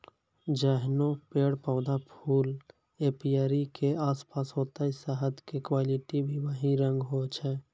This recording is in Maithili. जैहनो पेड़, पौधा, फूल एपीयरी के आसपास होतै शहद के क्वालिटी भी वही रंग होय छै